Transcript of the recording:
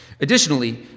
Additionally